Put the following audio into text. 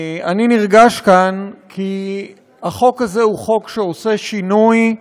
אני נרגש, כאן, כי החוק הזה הוא חוק שעושה שינוי.